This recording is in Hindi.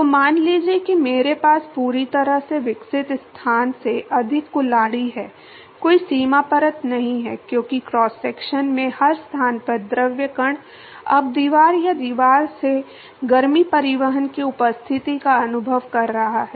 तो मान लीजिए कि मेरे पास पूरी तरह से विकसित स्थान से अधिक कुल्हाड़ी है कोई सीमा परत नहीं है क्योंकि क्रॉस सेक्शन में हर स्थान पर द्रव कण अब दीवार या दीवार से गर्मी परिवहन की उपस्थिति का अनुभव कर रहा है